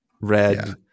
red